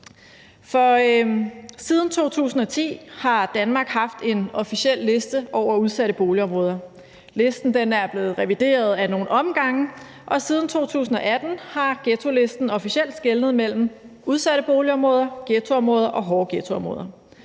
siden 2010 har Danmark haft en officiel liste over udsatte boligområder. Listen er blevet revideret ad nogle omgange, og siden 2018 har ghettolisten officielt skelnet mellem udsatte boligområder, ghettoområder og hårde ghettoområder,